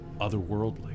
otherworldly